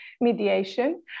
mediation